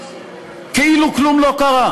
כאילו כלום לא קרה,